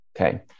Okay